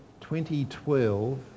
2012